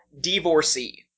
divorcee